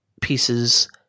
pieces